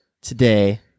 today